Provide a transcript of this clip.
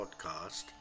podcast